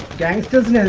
gangster's yeah